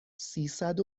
سیصد